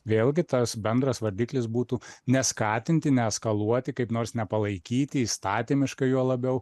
vėlgi tas bendras vardiklis būtų neskatinti neeskaluoti kaip nors nepalaikyti įstatymiškai juo labiau